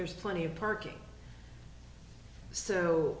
there's plenty of parking